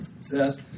says